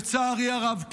לצערי הרב,